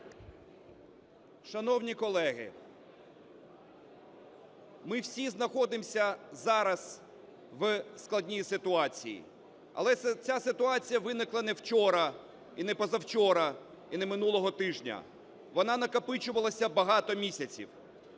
Шановні колеги, ми всі знаходимось зараз в складній ситуації. Але ця ситуація виникла не вчора і не позавчора, і не минулого тижня. Вона накопичувалася багато місяців.